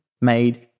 made